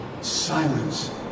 silence